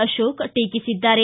Ashok ಟೇಕಿಸಿದ್ದಾರೆ